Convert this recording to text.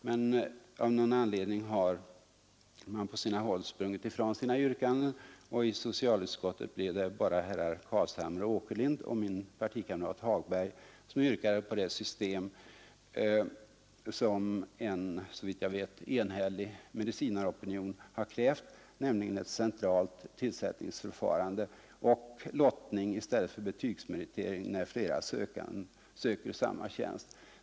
Men av någon anledning har man på sina håll sprungit ifrån sina yrkanden, och i socialutskottet blev det bara herrar Carlshamre och Åkerlind och min partikamrat herr Hagberg vilka yrkade på det system som en såvitt jag vet enhällig medicinaropinion har krävt, nämligen ett centralt tillsättningsförfarande och lottning i stället för betygsmeritering när flera söker samma tjänst.